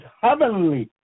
heavenly